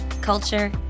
culture